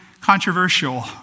controversial